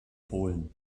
polen